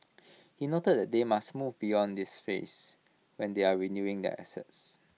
he noted that they must move beyond this phase when they are renewing their assets